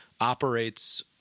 operates